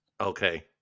Okay